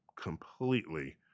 completely